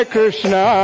Krishna